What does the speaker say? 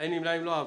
מי נמנע?